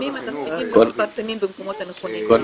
אתם לא מפרסמים במקומות הנכונים.